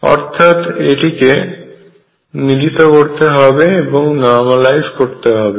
অর্থাৎ এটিকে মিলিত করতে হবে এবং নর্মালাইজ করতে হবে